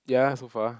ya so far